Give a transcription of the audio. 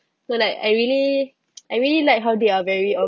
well I I really I really like how they are very